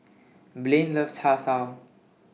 Blain loves Char Siu